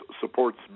supports